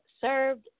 served